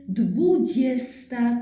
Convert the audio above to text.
dwudziesta